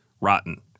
rotten